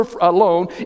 alone